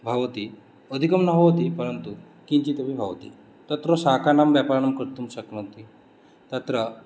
भवति अधिकं न भवति परन्तु किञ्चितपि भवति तत्र शाकानं व्यापारं कर्तुं शक्नुवति तत्र